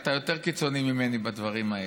שאתה יותר קיצוני ממני בדברים האלה.